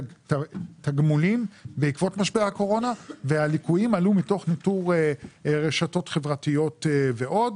ותגמולים בעקבות משבר הקורונה והליקויים עלו מתוך ניטור רשתות חברתיות ועוד.